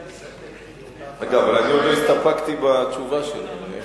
אגב, אני עוד לא הסתפקתי בתשובה שלי.